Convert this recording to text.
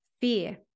fear